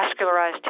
Vascularized